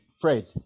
Fred